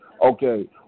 Okay